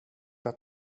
att